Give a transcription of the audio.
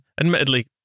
Admittedly